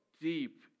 deep